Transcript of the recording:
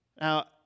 Now